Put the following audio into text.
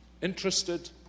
Interested